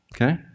Okay